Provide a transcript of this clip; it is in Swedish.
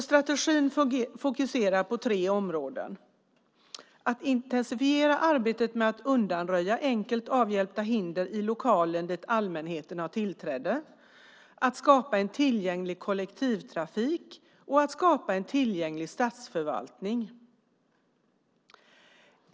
Strategin fokuserar på tre områden: att intensifiera arbetet med att undanröja enkelt avhjälpta hinder i lokaler dit allmänheten har tillträde, att skapa en tillgänglig kollektivtrafik och att skapa en tillgänglig statsförvaltning.